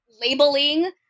labeling